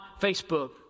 Facebook